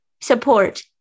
support